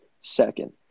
Second